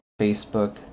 Facebook